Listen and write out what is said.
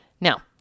Now